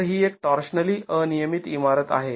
तर ही एक टॉर्शनली अनियमित इमारत आहे